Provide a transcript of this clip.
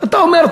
אתה אומר,